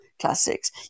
classics